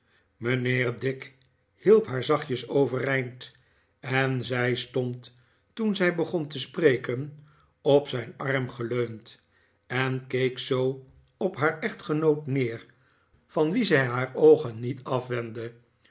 mijnheer dick hielp haar zachtjes overeind en zij stond toen zij begon te spreken op zijn arm geleund en keek zoo op haar echtgenbot neer van wien zij haar oogen niet afwendde